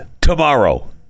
tomorrow